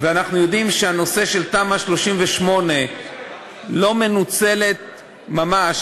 ואנחנו יודעים שהנושא של תמ"א 38 לא מנוצל ממש,